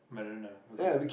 i don't know okay